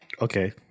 Okay